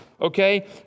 Okay